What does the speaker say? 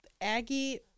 Aggie